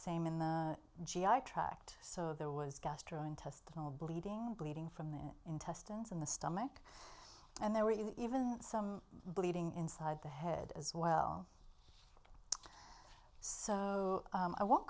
same in the g i tract so there was gastrointestinal bleeding bleeding from the intestines in the stomach and there were even some bleeding inside the head as well so i won't